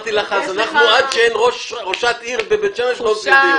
יש לך --- אמרתי לך אז שעד שאין ראשת עיר בבית שמש לא צריך להיות.